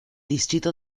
distrito